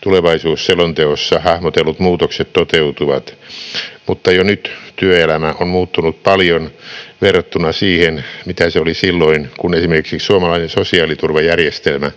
tulevaisuusselonteossa hahmotellut muutokset toteutuvat, mutta jo nyt työelämä on muuttunut paljon verrattuna siihen, mitä se oli silloin, kun esimerkiksi suomalainen sosiaaliturvajärjestelmä